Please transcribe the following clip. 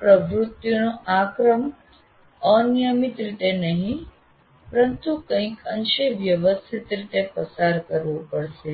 પ્રવૃત્તિઓનો આ ક્રમ અનિયમિત રીતે નહીં પરંતુ કંઈક અંશે વ્યવસ્થિત રીતે પસાર કરવો પડશે